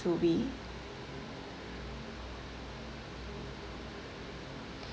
to be